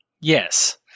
Yes